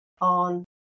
on